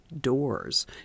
doors